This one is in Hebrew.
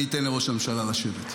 אני אתן לראש הממשלה לשבת.